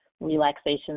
relaxation